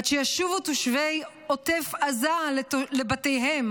עד שישובו תושבי עוטף עזה לבתיהם